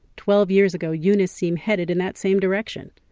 twelve years ago eunice seemed headed in that same direction.